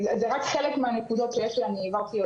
זה רק חלק מהנקודות שיש לי, העברתי.